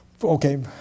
Okay